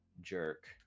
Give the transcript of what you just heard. jerk